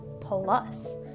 plus